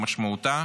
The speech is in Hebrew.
שמשמעותה